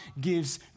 gives